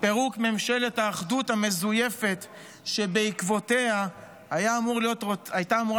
פירוק ממשלת האחדות המזויפת שבעקבותיה הייתה אמורה